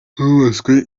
hubatswe